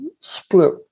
split